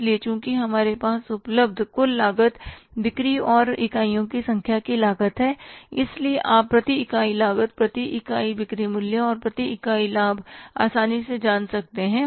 इसलिए चूंकि हमारे पास उपलब्ध कुल लागत बिक्री और इकाइयों की संख्या की लागत है इसलिए आप प्रति इकाई लागत प्रति इकाई बिक्री मूल्य और प्रति इकाई लाभ आसानी से जान सकते हैं